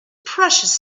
precious